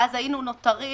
ואז היינו נותרים